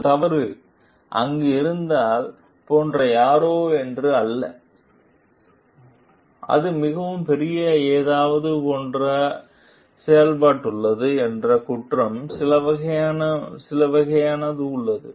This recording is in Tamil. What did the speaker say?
அது தவறு அங்கு இருந்தால் போன்ற யாரோ என்று அல்ல அது மிகவும் பெரிய ஏதாவது போன்ற ஏதாவது செய்யப்பட்டுள்ளது என்று குற்றம் சில வகையான உள்ளது